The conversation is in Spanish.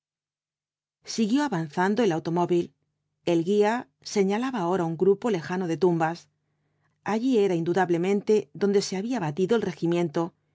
siguió avanzando el automóvil el guía señalaba ahora un grupo lejano de tumbas allí era indudablemente donde se había batido el regimiento